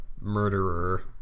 murderer